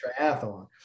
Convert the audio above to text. triathlon